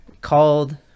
called